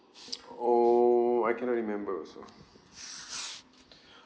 oh I cannot remember also